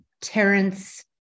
Terrence